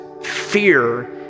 fear